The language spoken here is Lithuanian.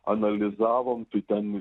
analizavom tai ten